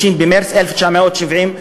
30 במרס 1976,